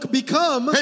become